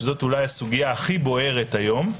שזו אולי הסוגיה הכי בוערת היום,